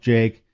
Jake